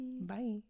Bye